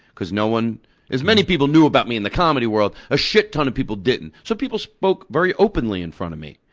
because no one as many people knew about me in the comedy world, a shit ton of people didn't, so people spoke very openly in front of me.